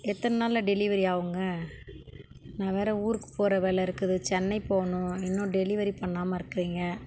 எத்தனை நாளில் டெலிவரி ஆகுங்க நான் வேறு ஊருக்கு போகிற வேலை இருக்குது சென்னை போகணும் இன்னும் டெலிவரி பண்ணாமல் இருக்கிறீங்க